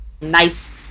nice